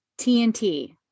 TNT